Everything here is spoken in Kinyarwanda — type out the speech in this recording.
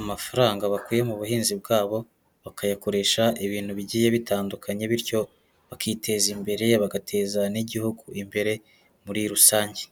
amafaranga bakuye mu buhinzi bwabo bakayakoresha ibintu bigiye bitandukanye bityo bakiteza imbere, bagateza n'Igihugu imbere muri rusange.